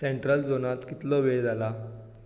central झोनांत कितलो वेळ जाला